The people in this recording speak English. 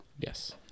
Yes